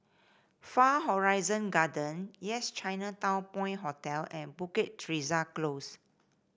Far Horizon Gardens Yes Chinatown Point Hotel and Bukit Teresa Close